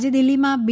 આજે દિલ્ફીમાં બી